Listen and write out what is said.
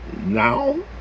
now